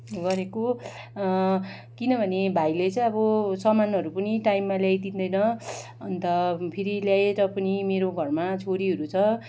गरेको किनभने भाइले चाहिँ अब सामानहरू पनि टाइममा ल्याइदिँदैन अन्त फेरि ल्याएर पनि मेरो घरमा छोरीहरू छ